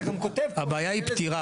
אתה גם כותב --- הבעיה היא פתירה.